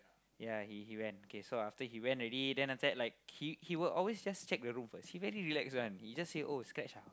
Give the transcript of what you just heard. yeah he he went okay so after he went already after that he like he he will always check the room first he very relax one he will just say oh scratch ah